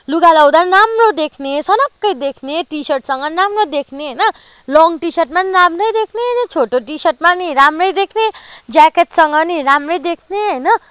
लुगा लाउँदा पनि राम्रो देख्ने सनक्कै देख्ने टी सर्टसँग पनि राम्रो देख्ने होइन लङ टी सर्टमा पनि राम्रै देख्ने छोटो टी सर्टमा पनि राम्रै देख्ने ज्याकेटसँग पनि राम्रै देख्ने होइन